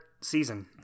season